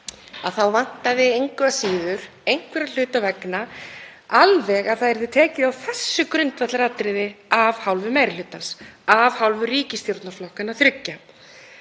vantaði engu að síður einhverra hluta vegna alveg að tekið væri á þessu grundvallaratriði af hálfu meiri hlutans, af hálfu ríkisstjórnarflokkanna þriggja.